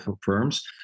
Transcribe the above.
firms